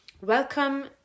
Welcome